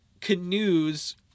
canoes